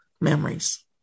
memories